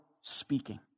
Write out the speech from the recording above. speaking